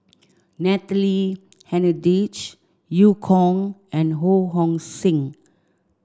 Natalie Hennedige Eu Kong and Ho Hong Sing